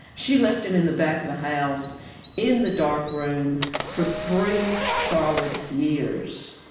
she left him in the back of the house in the dark room for three solid years.